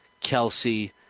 Kelsey